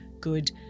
good